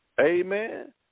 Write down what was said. Amen